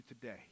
today